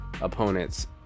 opponents